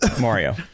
mario